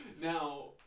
Now